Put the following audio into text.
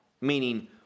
meaning